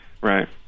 Right